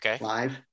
live